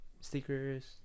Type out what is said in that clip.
stickers